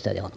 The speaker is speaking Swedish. stödja honom.